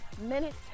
minutes